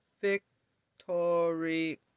Victory